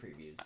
previews